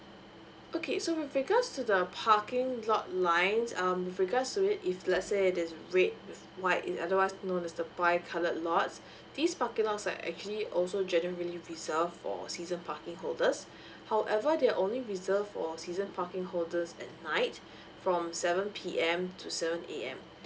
okay so with regards to the parking lot lines um with regards to it if let's say it is red with white it otherwise known as the bi colored lots this parking lots are actually also generally reserved for season parking holders however they're only reserve for season parking holders at night from seven P_M to seven A_M